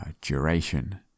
duration